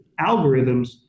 algorithms